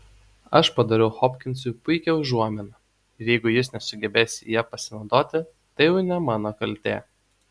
aš padariau hopkinsui puikią užuominą ir jeigu jis nesugebės ja pasinaudoti tai jau ne mano kaltė